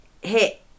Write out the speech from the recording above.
hit